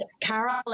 Carol